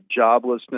joblessness